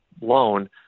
loan